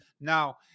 Now